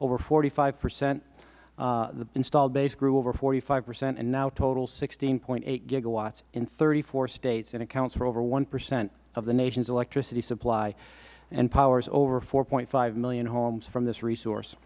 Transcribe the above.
over forty five percent the installed base grew over forty five percent and now totals sixteen eight gigawatts in thirty four states and accounts for over one percent of the nation's electricity supply and powers over four five million homes from this resource